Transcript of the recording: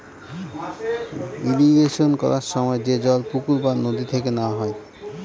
irrigation করার সময় যে জল পুকুর বা নদী থেকে নেওয়া হয়